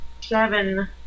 seven